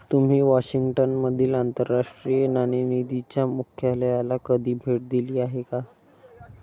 तुम्ही वॉशिंग्टन मधील आंतरराष्ट्रीय नाणेनिधीच्या मुख्यालयाला कधी भेट दिली आहे का?